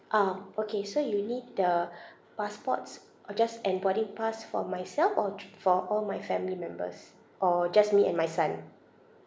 um okay so you need the passports uh just and boarding pass for myself or tr~ for all my family members or just me and my son